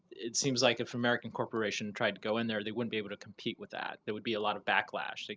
it seems like if american corporations tried to go in there, they wouldn't be able to compete with that. there would be a lot of backlash.